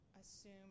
assume